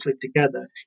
together